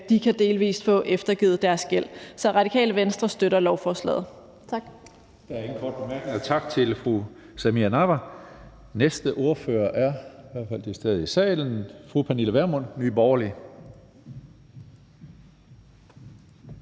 de kan få eftergivet deres gæld delvis. Så Radikale Venstre støtter lovforslaget. Tak.